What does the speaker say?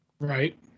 Right